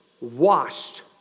washed